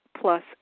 plus